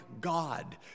God